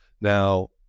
Now